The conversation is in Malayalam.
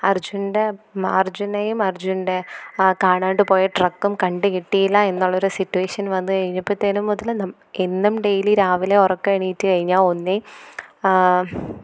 അര്ജുന്റെ അര്ജുനെയും അര്ജുന്റെ കാണാണ്ട് പോയ ട്രക്കും കണ്ട് കിട്ടിയില്ലാ എന്നുള്ള ഒരു സിറ്റുവേഷന് വന്ന് കഴിഞ്ഞപ്പത്തേനും മുതൽ എന്നും ഡെയിലി രാവിലെ ഉറക്കം എണീറ്റ് കഴിഞ്ഞാൽ ഒന്നേ